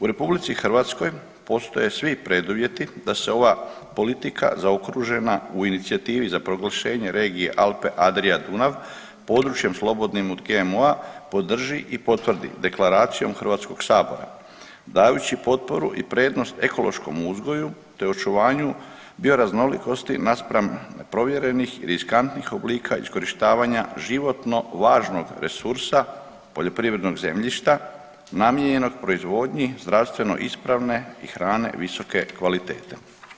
U RH postoje svi preduvjeti da se ova politika zaokružena u inicijativi za proglašenje regije Alpe-Adria-Dunav područjem slobodnim od GMO-a podrži i potvrdi deklaracijom Hrvatskog sabora dajući potporu i prednost ekološkom uzgoju te očuvanju bioraznolikosti naspram provjerenih i riskantnih oblika iskorištavanja životno važnog resursa poljoprivrednog zemljišta namijenjenog proizvodnji zdravstveno ispravne i hrane visoke kvalitete.